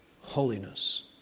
holiness